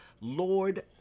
Lord